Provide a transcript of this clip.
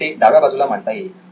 ते डाव्या बाजूला मांडता येईल